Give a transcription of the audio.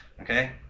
okay